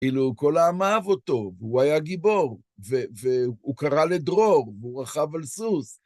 כאילו, כל העם אהב אותו, הוא היה גיבור, והוא קרא לדרור, והוא רכב על סוס.